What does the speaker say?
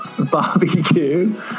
barbecue